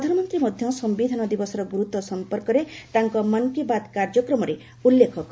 ପ୍ରଧାନମନ୍ତ୍ରୀ ମଧ୍ୟ ସମ୍ମିଧାନ ଦିବସର ଗୁରୁତ୍ୱ ସଂପର୍କରେ ତାଙ୍କ ମନ୍ କି ବାତ୍ କାର୍ଯ୍ୟକ୍ମରେ ଉଲ୍ଲେଖ କରିଛନ୍ତି